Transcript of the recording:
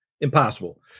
Impossible